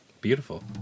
beautiful